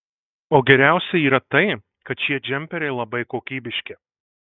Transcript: o geriausia yra tai kad šie džemperiai labai kokybiški